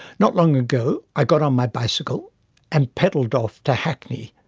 not long ago, i got on my bicycle and peddled off to hackney,